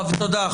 תודה.